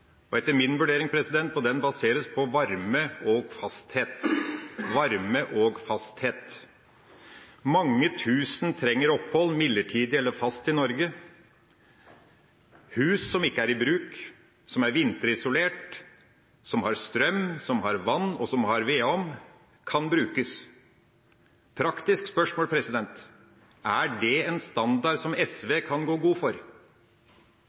mulig. Etter min vurdering må den baseres på varme og fasthet – varme og fasthet. Mange tusen trenger opphold, midlertidig eller fast, i Norge. Hus som ikke er i bruk, som er vinterisolert, som har strøm, som har vann, og som har vedovn, kan brukes. Et praktisk spørsmål: Er det en standard som SV kan gå god for?